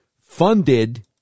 funded